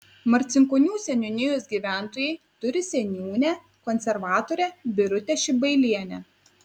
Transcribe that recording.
marcinkonių seniūnijos gyventojai turi seniūnę konservatorę birutę šibailienę